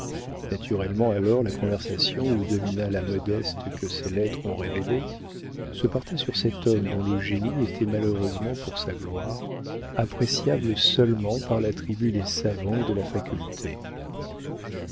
naturellement alors la conversation où domina la modeste que ses lettres ont révélée se porta sur cet homme dont le génie était malheureusement pour sa gloire appréciable seulement par la tribu des savants et de la faculté